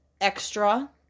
extra